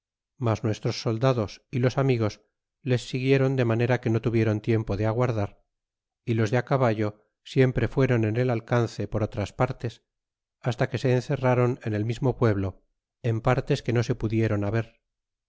mas nuestros soldados y los amigosles siguieron de manera que no tuvieron tiempo de aguardar y los de caballo siempre fueron en el alcance por otras partes hasta que se encerrron en el mismo pueblo en partes que no se pudieron haher